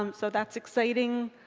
um so that's exciting.